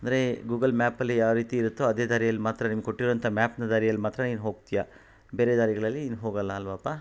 ಅಂದರೆ ಗೂಗಲ್ ಮ್ಯಾಪಲ್ಲಿ ಯಾವರೀತಿ ಇರುತ್ತೋ ಅದೇ ದಾರಿಯಲ್ಲಿ ಮಾತ್ರ ನಿಮ್ಗೆ ಕೊಟ್ಟಿರುವಂಥ ಮ್ಯಾಪ್ನ ದಾರಿಯಲ್ಲಿ ಮಾತ್ರ ನೀನು ಹೋಗ್ತೀಯ ಬೇರೆ ದಾರಿಗಳಲ್ಲಿ ನೀನು ಹೋಗಲ್ಲ ಅಲ್ವಪ್ಪಾ